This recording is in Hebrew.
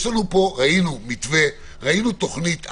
ראינו מתווה, תוכנית אב.